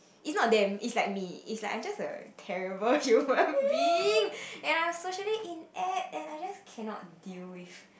is not them is like me is like I was just like a terrible human being and I was just socially in apps and I just cannot deal with